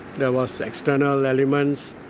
there was external elements,